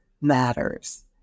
matters